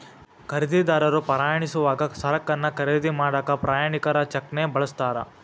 ಖರೇದಿದಾರರು ಪ್ರಯಾಣಿಸೋವಾಗ ಸರಕನ್ನ ಖರೇದಿ ಮಾಡಾಕ ಪ್ರಯಾಣಿಕರ ಚೆಕ್ನ ಬಳಸ್ತಾರ